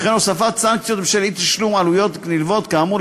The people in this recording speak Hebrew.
וכן הוספת סנקציה בשל אי-תשלום עלויות נלוות כאמור,